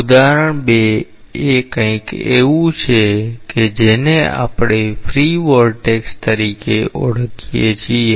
ઉદાહરણ 2 એ કંઈક એવું છે કે જેને આપણે ફ્રી વોર્ટેક્સ તરીકે ઓળખીએ છીએ